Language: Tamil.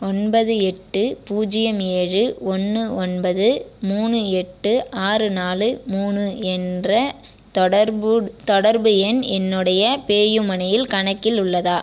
ஒன்பது எட்டு பூஜ்ஜியம் ஏழு ஒன்று ஒன்பது மூணு எட்டு ஆறு நாலு மூணு என்ற தொடர்பு தொடர்பு எண் என்னுடைய பேயூ மணியில் கணக்கில் உள்ளதா